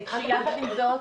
יחד עם זאת,